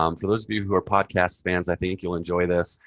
um for those of you who are podcast fans, i think you'll enjoy this.